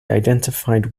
identified